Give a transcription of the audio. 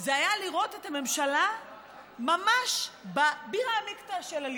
זה היה לראות את הממשלה ממש בבירא עמיקתא של עליבותה.